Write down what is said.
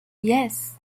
yes